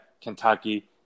Kentucky